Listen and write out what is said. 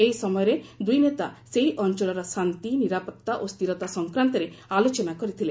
ଏହି ସମୟରେ ଦୁଇ ନେତା ସେହି ଅଞ୍ଚଳର ଶାନ୍ତି ନିରାପତ୍ତା ଓ ସ୍ଥିରତା ସଂକ୍ରାନ୍ତରେ ଆଲୋଚନା କରିଥିଲେ